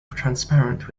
transparent